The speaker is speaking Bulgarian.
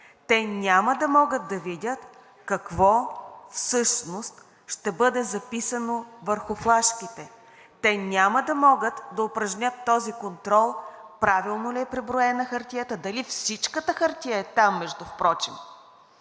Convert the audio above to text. Те няма да могат да видят какво всъщност ще бъде записано върху флашките. Те няма да могат да упражнят този контрол правилно ли е преброена хартията, дали всичката хартия е там впрочем,